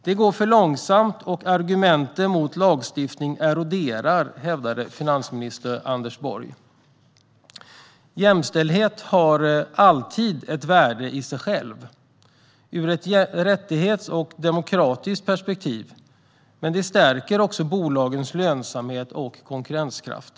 Det går för långsamt och argumenten mot lagstiftning eroderar, hävdade finansminister Anders Borg. Jämställdhet har alltid ett värde i sig själv ur ett rättighetsperspektiv och ett demokratiskt perspektiv. Det stärker också bolagens lönsamhet och konkurrenskraft.